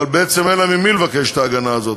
אבל בעצם אין לה ממי לבקש את ההגנה הזאת.